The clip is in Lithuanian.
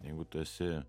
jeigu tu esi